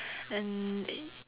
and